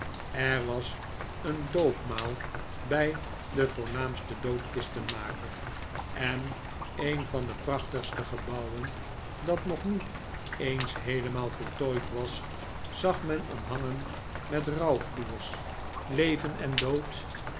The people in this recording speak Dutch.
er was een doopmaal bij den voornaamsten doodkistenmaker en een van de prachtigste gebouwen dat nog niet eens heelemaal voltooid was zag men omhangen met rouwfloers leven en dood